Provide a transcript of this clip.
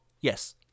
Yes